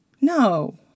No